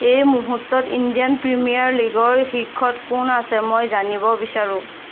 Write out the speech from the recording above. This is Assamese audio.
এই মুহূৰ্তত ইণ্ডিয়ান প্ৰিমিয়াৰ লীগৰ শীৰ্ষত কোন আছে মই জানিব বিচাৰোঁ